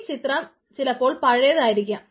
ഈ ചിത്രം ചിലപ്പോൾ പഴയത് ആയിരിക്കാം